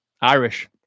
Irish